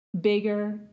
bigger